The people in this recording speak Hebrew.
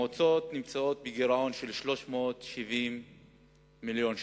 המועצות נמצאות בגירעון של 370 מיליון שקל.